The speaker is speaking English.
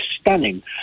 stunning